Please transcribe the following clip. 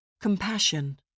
Compassion